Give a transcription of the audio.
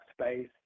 space